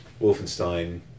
Wolfenstein